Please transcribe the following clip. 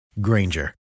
Granger